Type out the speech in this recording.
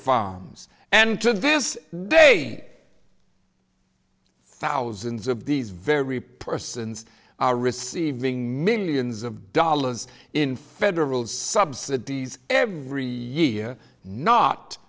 farms and to this day thousands of these very persons are receiving millions of dollars in federal subsidies every year not